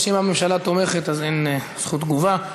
אני חושב שאם הממשלה תומכת אז אין זכות תגובה.